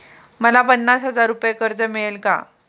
मला पन्नास हजार रुपये कर्ज मिळेल का?